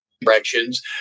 directions